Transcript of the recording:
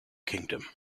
kingdom